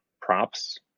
props